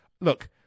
Look